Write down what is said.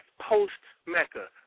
post-MECCA